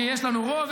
כי יש לנו רוב,